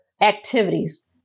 activities